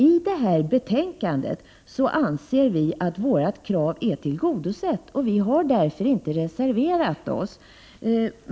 I detta betänkande anser vi emellertid att vårt krav är tillgodosett. Vi har därför inte reserverat oss.